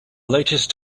latest